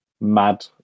mad